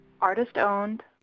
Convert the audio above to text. Artist-owned